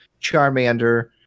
Charmander